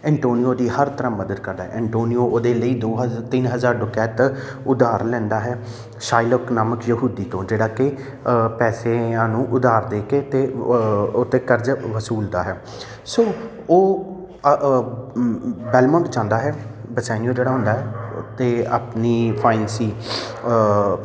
Antonio ਉਹਦੀ ਹਰ ਤਰ੍ਹਾਂ ਮਦਦ ਕਰਦਾ ਹੈ ਐਨਟੋਨੀਓ ਉਹਦੇ ਲਈ ਦੋ ਹਜ਼ਾਰ ਤਿੰਨ ਹਜ਼ਾਰ ਡੁਕੈਤ ਉਧਾਰ ਲੈਂਦਾ ਹੈ ਸਾਈਲਕ ਨਾਮਕ ਯਹੂਦੀ ਤੋਂ ਜਿਹੜਾ ਕਿ ਪੈਸਿਆਂ ਨੂੰ ਉਧਾਰ ਦੇ ਕੇ ਅਤੇ ਉਹ 'ਤੇ ਕਰਜ਼ਾ ਵਸੂਲਦਾ ਹੈ ਸੋ ਉਹ ਆ ਬੈਲਮਾਉਂਟ ਜਾਂਦਾ ਹੈ ਪਸੈਨੀਓ ਜਿਹੜਾ ਹੁੰਦਾ ਹੈ ਅਤੇ ਆਪਣੀ ਫਾਈਂਸੀ